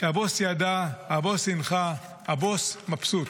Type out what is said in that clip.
שהבוס ידע, הבוס הנחה, הבוס מבסוט.